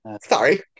Sorry